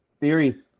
theory